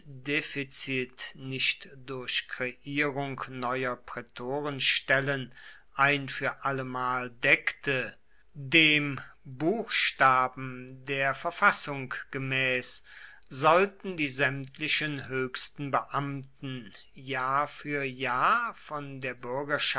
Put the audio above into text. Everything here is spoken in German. defizit nicht durch kreierung neuer prätorenstellen ein für allemal deckte dem buchstaben der verfassung gemäß sollten die sämtlichen höchsten beamten jahr für jahr von der